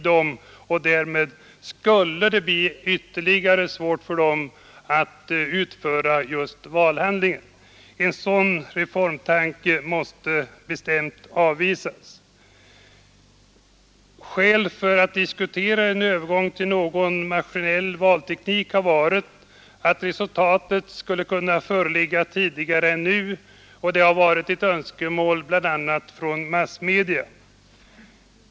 Det skulle ju bli svårare för dem att utföra valhandlingen. En sådan reformtanke måste bestämt avvisas. Skälen för att diskutera en övergång till maskinell valteknik har varit att resultaten skulle kunna föreligga tidigare än nu och att det har varit ett önskemål bl.a. från massmedia.